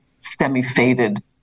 semi-faded